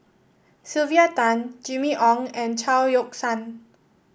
Sylvia Tan Jimmy Ong and Chao Yoke San